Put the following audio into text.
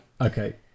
Okay